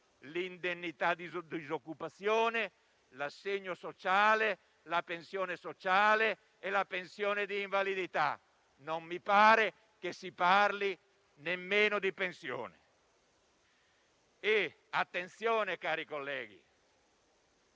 l'indennità di disoccupazione, l'assegno sociale, la pensione sociale e la pensione di invalidità. Non mi pare che si parli nemmeno di pensione. Badate bene, cari colleghi,